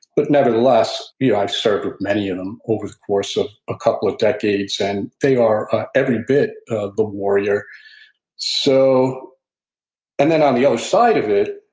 but nevertheless, yeah i've served with many of them over the course of a couple of decades, and they are every bit the warrior so and then on the other side of it,